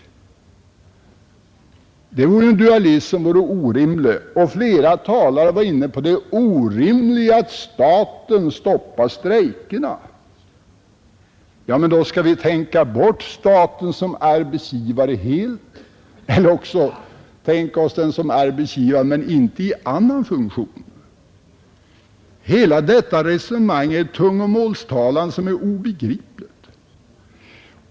Det vore en orimlig dualism. Flera talare har varit inne på det orimliga i att staten stoppar strejkerna. Ja, men då skall vi tänka bort staten som arbetsgivare helt eller också tänka oss den som arbetgivare men inte i annan funktion. Hela detta resonemang är ett tungomålstalande som är obegripligt.